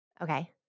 Okay